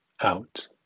out